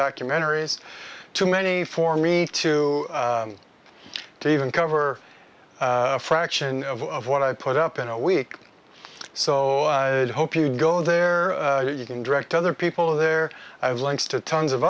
documentaries too many for me to even cover fraction of what i put up in a week so i hope you go there you can direct other people there i've linked to tons of